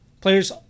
players